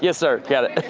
yeah sir get it